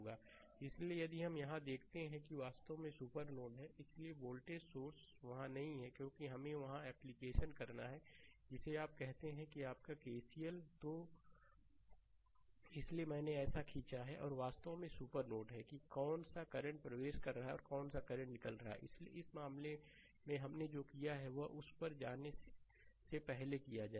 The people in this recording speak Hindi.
स्लाइड समय देखें 0219 इसलिए यदि आप यहाँ देखते हैं तो यह वास्तव में सुपर नोड है इसलिए वोल्टेज सोर्स वहां नहीं है क्योंकि हमें वह एप्लीकेशन करना है जिसे आप कहते हैं कि आपका केसीएल तो इसीलिए मैंने ऐसा खींचा है और यह वास्तव में सुपर नोड है कि कौन सा करंट प्रवेश कर रहा है और कौन सा करंट निकल रहा है इसलिए इस मामले में हमने जो किया है वह उस पर जाने से पहले किया जाए